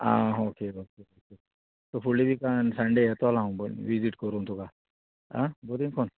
आं okay okay so फुडली विकान संडे येतोला हांव पय विजीट करूं तुका आं बरी कोन